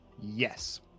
yes